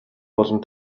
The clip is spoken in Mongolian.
болон